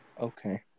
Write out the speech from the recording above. Okay